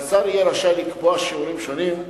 והשר יהיה רשאי לקבוע שיעורים שונים,